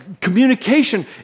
communication